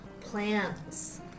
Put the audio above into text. Plants